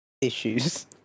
Issues